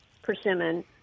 Persimmon